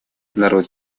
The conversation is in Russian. народ